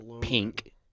pink